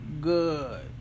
good